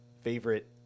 favorite